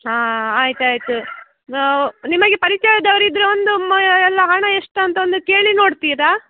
ಹಾಂ ಆಯ್ತು ಆಯಿತು ನಿಮಗೆ ಪರಿಚಯ ಇದ್ದವರಿದ್ರೆ ಒಂದು ಮಾ ಎಲ್ಲ ಹಣ ಎಷ್ಟು ಅಂತ ಒಂದು ಕೇಳಿ ನೋಡ್ತೀರಾ